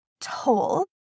told